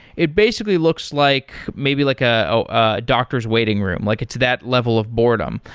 it basically looks like maybe like a ah doctor's waiting room, like it's that level of boredom.